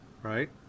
Right